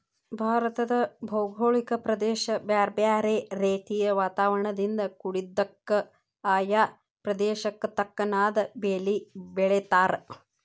ಭಾರತದ ಭೌಗೋಳಿಕ ಪ್ರದೇಶ ಬ್ಯಾರ್ಬ್ಯಾರೇ ರೇತಿಯ ವಾತಾವರಣದಿಂದ ಕುಡಿದ್ದಕ, ಆಯಾ ಪ್ರದೇಶಕ್ಕ ತಕ್ಕನಾದ ಬೇಲಿ ಬೆಳೇತಾರ